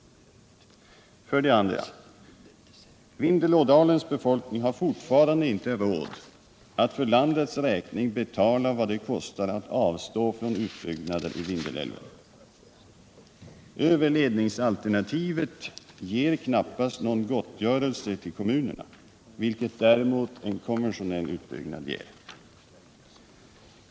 För det andra: Vindelådalens befolkning har fortfarande inte råd att för landets räkning betala vad det kostar att avstå från utbyggnader i Vindelälven. Överledningsalternativet ger knappast någon gottgörelse till kommunerna, vilket däremot en konventionell utbyggnad ger.